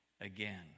again